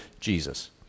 Jesus